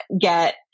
get